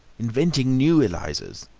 inventing new elizas.